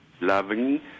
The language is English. loving